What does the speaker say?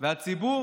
אחד.